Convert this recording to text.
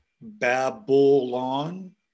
Babylon